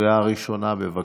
לקריאה ראשונה, בבקשה.